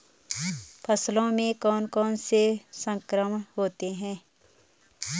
फसलों में कौन कौन से संक्रमण होते हैं?